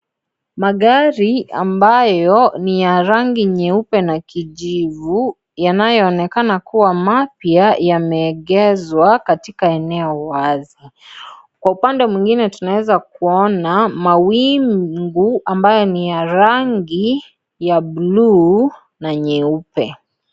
Magari ambayo ni ya rangi nyeupe na kijivu. Yanayo onekana kubwa mapya, yameegeshwa katika eneo wazi. Kwa upande mwingine tunaweza kuona mawingu ambayo ni ya rangi ya bluu na nyeupe.